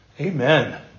Amen